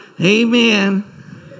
amen